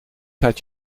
gaat